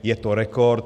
Je to rekord.